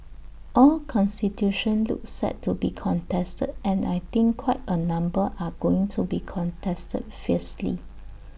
all constituencies look set to be contested and I think quite A number are going to be contested fiercely